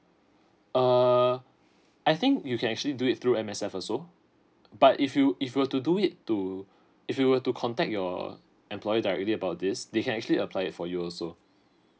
err I think you can actually do it through M_S_F also but if you if you were to do it to if you were to contact your employer directly about this they can actually apply it for you also